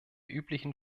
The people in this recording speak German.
üblichen